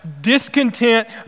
discontent